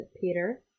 Peter